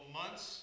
months